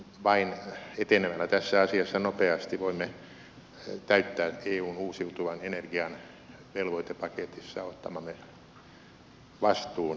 vain etenemällä tässä asiassa nopeasti voimme täyttää eun uusiutuvan energian velvoitepaketissa ottamamme vastuun